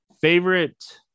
Favorite